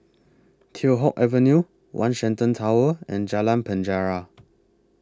Teow Hock Avenue one Shenton Tower and Jalan Penjara